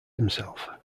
himself